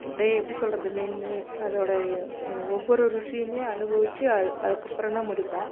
அப்படியே எப்படி சொல்கிறது மென்று அதோடய ஒவ்வொரு ருசியுமே அனுபவிச்சு அது அதுக்கப்புறம் தான் முடிப்பேன்